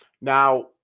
Now